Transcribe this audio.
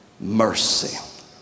mercy